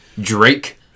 Drake